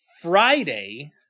Friday